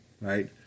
right